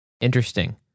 Interesting